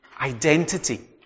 identity